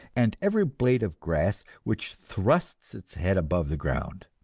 and every blade of grass which thrusts its head above the ground.